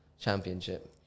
championship